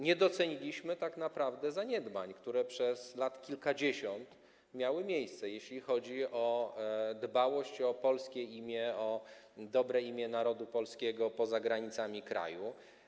Nie doceniliśmy tak naprawdę zaniedbań, które przez kilkadziesiąt lat miały miejsce, jeśli chodzi o dbałość o polskie imię, o dobre imię narodu polskiego poza granicami kraju.